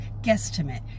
guesstimate